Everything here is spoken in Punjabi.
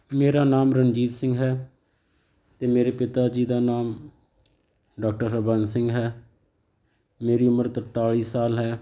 ਮੇਰਾ ਨਾਮ ਰਣਜੀਤ ਸਿੰਘ ਹੈ ਅਤੇ ਮੇਰੇ ਪਿਤਾ ਜੀ ਦਾ ਨਾਮ ਡਾਕਟਰ ਹਰਬੰਸ ਸਿੰਘ ਹੈ ਮੇਰੀ ਉਮਰ ਤਰਤਾਲ਼ੀ ਸਾਲ ਹੈ